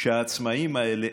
שהעצמאים האלה,